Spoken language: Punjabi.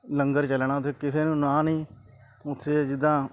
ਲੰਗਰ ਚੱਲਣਾ ਅਤੇ ਕਿਸੇ ਨੂੰ ਨਾਂਹ ਨਹੀਂ ਉੱਥੇ ਜਿੱਦਾਂ